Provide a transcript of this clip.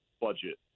budget